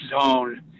zone